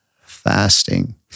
fasting